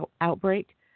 outbreak